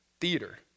theater